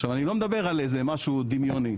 אני לא מדבר על משהו דמיוני.